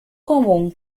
común